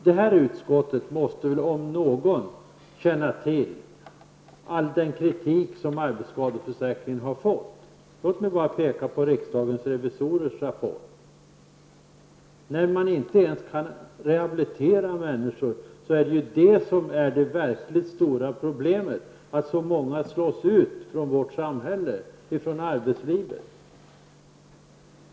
Det här utskottets ledamöter måste väl, om några, känna till all den kritik som arbetsskadeförsäkringen har fått. Låt mig bara peka på riksdagsrevisorernas rapport. Att man inte ens kan rehabilitera människor är ju det verkligt stora problemet -- att så många slås ut från vårt samhälle, från arbetslivet.